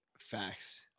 Facts